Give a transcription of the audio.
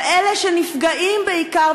ואלה שנפגעים בעיקר,